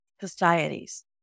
societies